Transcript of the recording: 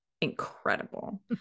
incredible